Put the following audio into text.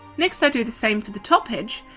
next i do the same for the top edge,